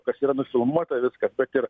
kas yra nufilmuota viskas bet ir